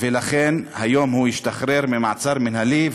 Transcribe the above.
ולכן היום הוא השתחרר ממעצר מינהלי,